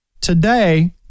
Today